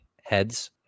heads